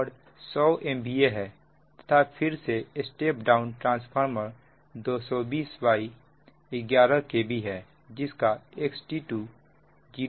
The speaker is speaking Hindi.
और 100 MVA है तथा फिर से स्टेप डाउन ट्रांसफॉर्मर 22011 KVहै जिसका XT2 007 pu है